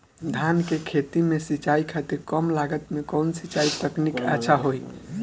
धान के खेती में सिंचाई खातिर कम लागत में कउन सिंचाई तकनीक अच्छा होई?